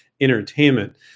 entertainment